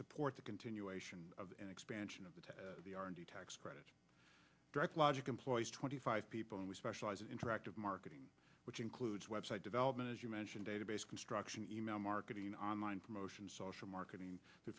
support the continuation of an expansion of the tax credit direct logic employs twenty five people and we specialize interactive marketing which includes web site development as you mentioned database construction email marketing online promotion social marketing t